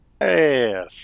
Yes